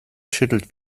schüttelt